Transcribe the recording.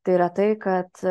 tai yra tai kad